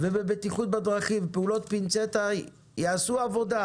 ובבטיחות בדרכים, פעולות פינצטה, יעשו עבודה,